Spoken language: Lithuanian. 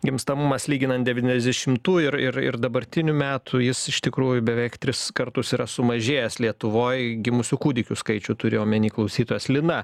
gimstamumas lyginant devyniasdešimtų ir ir dabartinių metų jis iš tikrųjų beveik tris kartus yra sumažėjęs lietuvoj gimusių kūdikių skaičių turi omeny klausytojas lina